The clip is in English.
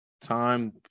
time